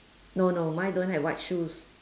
no no mine don't have white shoes